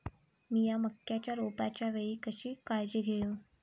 मीया मक्याच्या रोपाच्या वेळी कशी काळजी घेव?